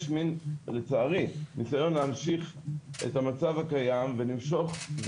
יש לצערי מן ניסיון להמשיך את המצב הקיים ולמשוך,